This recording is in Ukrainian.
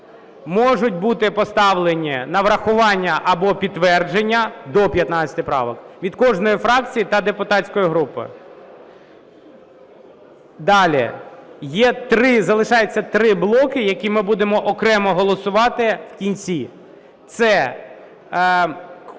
можуть бути поставлені на врахування або підтвердження, до 15 правок, від кожної фракції та депутатської групи. Далі. Є три, залишаються три блоки, які ми будемо окремо голосувати в кінці. Це